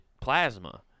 plasma